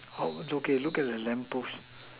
how was it okay look at the lamp post